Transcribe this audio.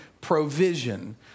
provision